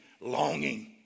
longing